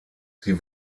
sie